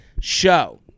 show